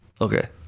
okay